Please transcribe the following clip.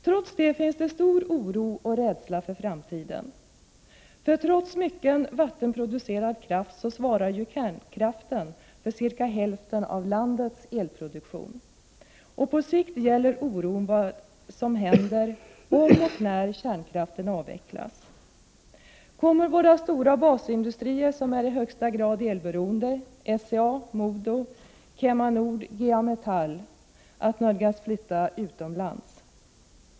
Trots detta finns det stor oro och rädsla för framtiden, för trots mycken vattenproducerad kraft svarar ju kärnkraftverken för cirka hälften av landets elproduktion. På sikt gäller oron vad som händer om och när kärnkraften avvecklas. Kommer våra stora basindustrier, som är i högsta grad elberoende, Svenska Cellulosa AB, Mo och Domsjö AB, KemaNord Industrikemi, GA Metall AB, att nödgas flytta utomlands?